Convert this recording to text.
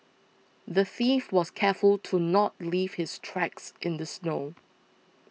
the thief was careful to not leave his tracks in the snow